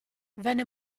venne